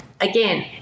Again